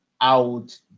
out